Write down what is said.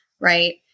Right